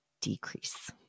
decrease